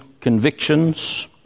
convictions